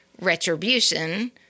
retribution